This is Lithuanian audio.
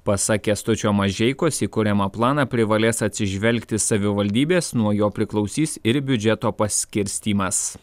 pasak kęstučio mažeikos į kuriamą planą privalės atsižvelgti savivaldybės nuo jo priklausys ir biudžeto paskirstymas